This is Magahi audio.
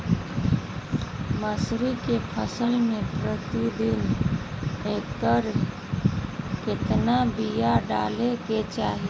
मसूरी के फसल में प्रति एकड़ केतना बिया डाले के चाही?